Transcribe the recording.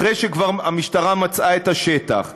אחרי שהמשטרה כבר מצאה את השטח,